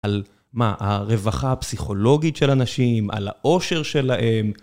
על מה? הרווחה הפסיכולוגית של אנשים? על האושר שלהם?